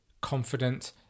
Confident